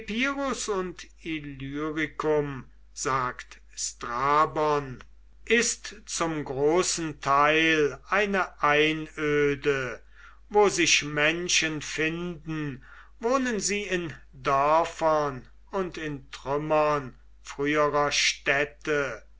und illyricum sagt strabon ist zum großen teil eine einöde wo sich menschen finden wohnen sie in dörfern und in trümmern früherer städte